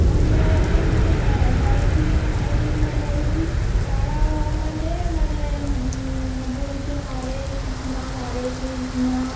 আমরা যখন মানে হরে হরে কৃষ্ণ হরে কৃষ্ণ বলছি তারাও মানে মানে বলছে হরে কিষ্ণা হরে কৃষ্ণা